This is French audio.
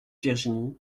virginie